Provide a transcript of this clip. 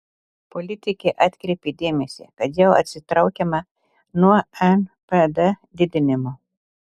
politikė atkreipė dėmesį kad jau atsitraukiama nuo npd didinimo